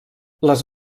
les